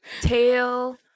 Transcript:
tail